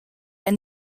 and